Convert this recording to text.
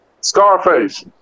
Scarface